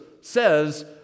says